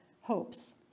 hopes